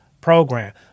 program